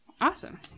Awesome